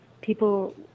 people